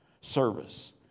service